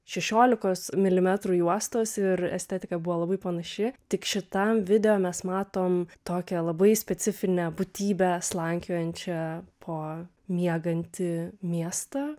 šešiolikos milimetrų juostos ir estetika buvo labai panaši tik šitam video mes matom tokią labai specifinę būtybę slankiojančią po miegantį miestą